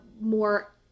more